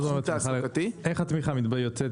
איך התמיכה מתבטאת?